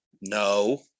No